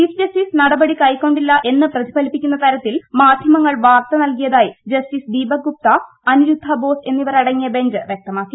chief justice നടപടി കൈക്കൊണ്ടില്ല എന്ന് പ്രതിഫലിക്കുന്ന തരത്തിൽ മാധ്യമങ്ങൾ വാർത്ത ന്റ്റൽകീയതായി ജസ്റ്റിസ് ദീപക് ഗുപ്ത അനിരുദ്ധ ബോസ് എന്നിവർ അടങ്ങിയ ബഞ്ച് വൃക്തമാക്കി